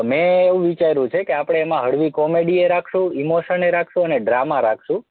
મેં એવું વિચાર્યું છે કે આપણે એમાં હળવી કોમેડીએ રાખીશું ઇમોશને રાખીશું અને ડ્રામા રાખીશું